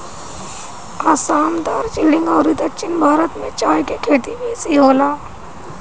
असाम, दार्जलिंग अउरी दक्षिण भारत में चाय के खेती बेसी होला